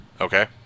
Okay